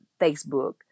Facebook